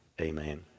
amen